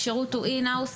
שהשירות הוא in-house.